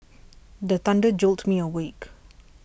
the thunder jolt me awake